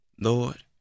Lord